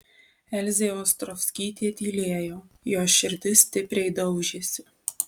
elzė ostrovskytė tylėjo jos širdis stipriai daužėsi